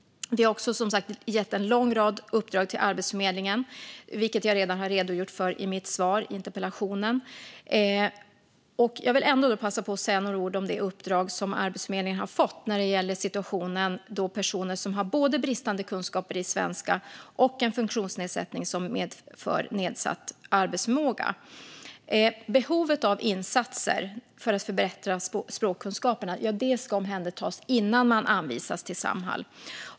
Vi har också gett en lång rad uppdrag till Arbetsförmedlingen, vilket jag redan har redogjort för i mitt svar på interpellationen. Jag vill ändå passa på att säga några ord om det uppdrag som Arbetsförmedlingen har fått när det gäller situationen då personer har både bristande kunskaper i svenska och en funktionsnedsättning som medför nedsatt arbetsförmåga. Behovet av insatser för att förbättra språkkunskaperna ska omhändertas innan man anvisas till Samhall.